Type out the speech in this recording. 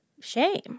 Shame